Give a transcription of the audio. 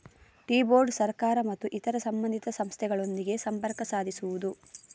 tea board ಸರ್ಕಾರ ಮತ್ತು ಇತರ ಸಂಬಂಧಿತ ಸಂಸ್ಥೆಗಳೊಂದಿಗೆ ಸಂಪರ್ಕ ಸಾಧಿಸುವುದು